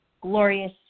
glorious